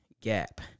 gap